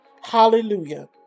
Hallelujah